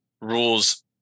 rules